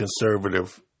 conservative